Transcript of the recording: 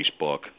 Facebook